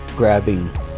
grabbing